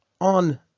on